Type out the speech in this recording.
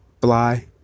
Fly